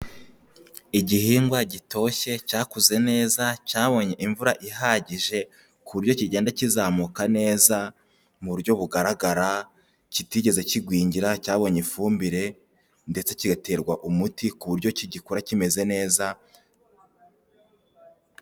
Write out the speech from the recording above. Igihingwa gitoshye cyakuze neza cyabonye imvura ihagije ku buryo kigenda kizamuka neza mu buryo bugaragara, kitigeze kigwingira cyabonye ifumbire ndetse kigaterwa umuti ku buryo kigikura kimeze neza,